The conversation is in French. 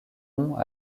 ont